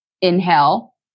inhale